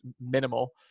minimal